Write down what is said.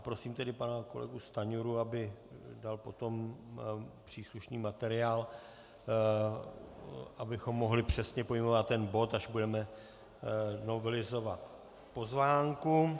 Prosím tedy pana kolegu Stanjuru, aby dal potom příslušný materiál, abychom mohli přesně pojmenovat ten bod, až budeme novelizovat pozvánku.